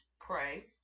pray